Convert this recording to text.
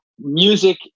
music